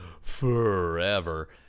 forever